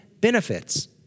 benefits